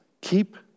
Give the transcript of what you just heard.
keep